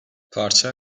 parça